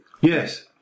Yes